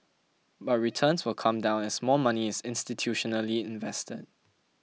but returns will come down as more money is institutionally invested